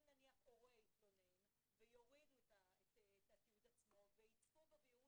אם נניח הורה יתלונן ויורידו את התיעוד עצמו ויצפו בו ויראו